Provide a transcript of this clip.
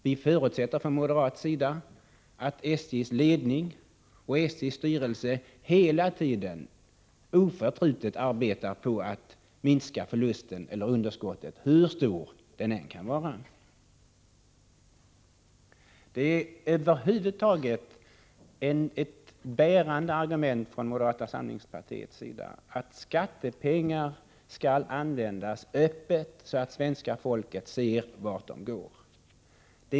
Vi förutsätter från moderat sida att SJ:s ledning och styrelse hela tiden oförtrutet arbetar på att minska underskottet hur stort det än kan vara. Det är över huvud taget ett bärande argument från moderata samlingspar tiet att skattepengar skall användas öppet, så att svenska folket ser vart de går.